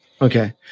Okay